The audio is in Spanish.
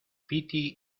piti